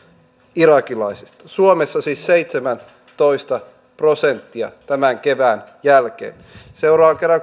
irakilaisista suomessa siis seitsemäntoista prosenttia tämän kevään jälkeen seuraavan kerran